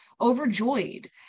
overjoyed